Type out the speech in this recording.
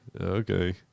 Okay